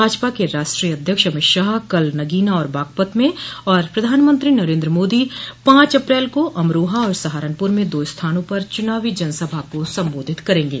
भाजपा के राष्ट्रीय अध्यक्ष अमित शाह कल नगीना और बागपत में और प्रधानमत्री नरेन्द्र मोदी पॉच अप्रैल को अमरोहा और सहारनपुर में दो स्थानों पर चुनावी जनसभा को सम्बोधित करेंगे